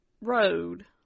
road